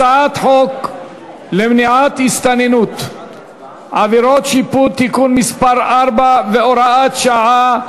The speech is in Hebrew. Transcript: הצעת חוק למניעת הסתננות (עבירות שיפוט) (תיקון מס' 4 והוראת שעה),